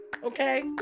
Okay